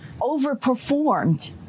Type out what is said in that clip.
overperformed